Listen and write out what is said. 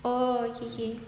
oh okay okay